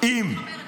מכבדים אותך, מאיר.